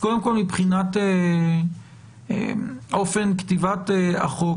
קודם כל, מבחינת אופן כתיבת החוק.